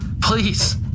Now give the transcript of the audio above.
Please